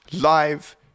live